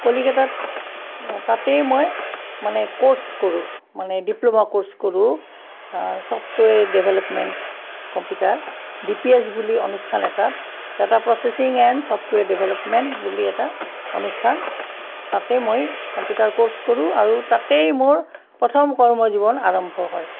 কলিকতাত তাতেই মই মানে কৰ্ছ কৰোঁ মানে ডিপ্ল'মা কৰ্ছ কৰোঁ ছফ্টৱেৰ ডেভলপমেণ্ট কম্পিউটাৰ ডিপিএছ বুলি অনুষ্ঠান এটাত data processing and software development বুলি এটা অনুষ্ঠান তাতে মই কম্পিউটাৰ কৰ্ছ কৰোঁ আৰু তাতেই মোৰ প্ৰথম কৰ্মজীৱন আৰম্ভ হয়